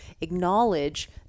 acknowledge